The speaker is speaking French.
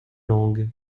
langue